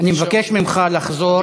אני מבקש ממך לחזור,